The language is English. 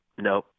no